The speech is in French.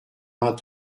vingt